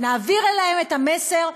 נעביר להם את המסר,